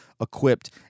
equipped